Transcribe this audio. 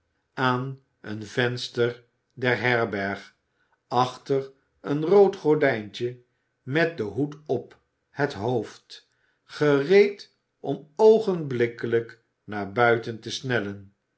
aan een venster der herberg achter een rood gordijntje met den hoed op het hoofd gereed om oogenblikkelijk naar buiten te snellen